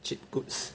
cheap goods